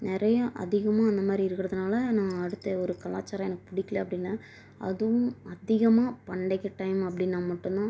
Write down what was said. நிறையா அதிகமாக அந்த மாரி இருக்கறதுனால நான் அடுத்த ஒரு கலாச்சாரம் எனக்கு பிடிக்கல அப்படின்னே அதுவும் அதிகமாக பண்டிகை டைம் அப்படின்னா மட்டும் தான்